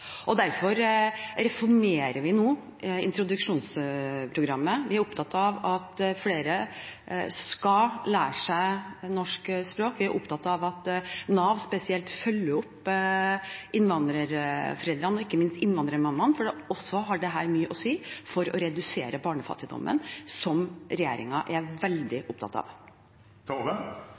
Derfor reformerer vi nå introduksjonsprogrammet. Vi er opptatt av at flere skal lære seg norsk språk. Vi er opptatt av at Nav spesielt følger opp innvandrerforeldrene, og ikke minst innvandrermammaene, for det har også mye å si for å redusere barnefattigdommen, noe regjeringen er veldig opptatt av.